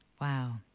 Wow